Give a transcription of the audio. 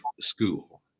School